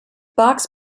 box